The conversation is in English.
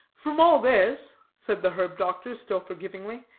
from all this, said the herb-doctor, still forgivingly,